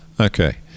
Okay